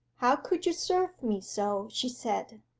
how could you serve me so? she said,